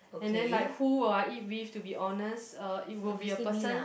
and then like who will I eat with to be honest uh it will be a person